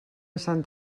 sant